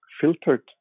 filtered